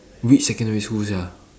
which secondary school sia